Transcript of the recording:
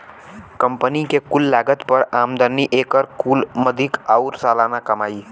company के कुल लागत पर आमदनी, एकर कुल मदिक आउर सालाना कमाई